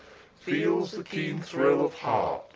feels the keen thrill of heart,